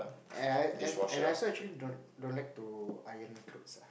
and and I also actually don't don't like to iron clothes ah